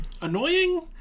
Annoying